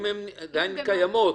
אם הן עדיין קיימות.